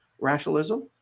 rationalism